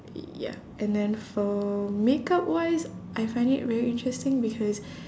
ya and then for makeup wise I find it very interesting because